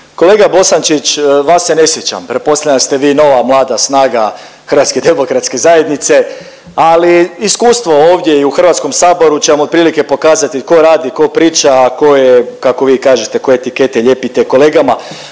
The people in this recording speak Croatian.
Kolega Bosančić vas se ne sjećam, pretpostavljam da ste vi nova mlada snaga HDZ-a, ali iskustvo ovdje i u Hrvatskom saboru će vam otprilike pokazati tko radi, tko priča, a tko je kako vi kažete koje etikete lijepite kolegama.